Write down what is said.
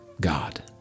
God